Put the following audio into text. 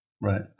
Right